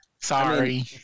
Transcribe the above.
Sorry